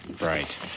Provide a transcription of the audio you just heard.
Right